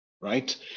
right